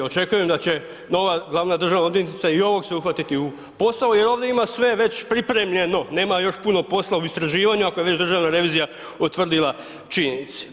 Očekujem da će nova glavna državna odvjetnica i ovog se uhvatiti u posao jer ovdje ima sve već pripremljeno, nema još puno posla u istraživanju ako je već državna revizija utvrdila činjenice.